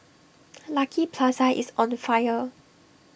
Lucky Plaza is on fire